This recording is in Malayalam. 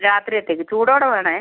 രാത്രിയത്തേക്ക് ചൂടോടെ വേണേ